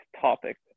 topic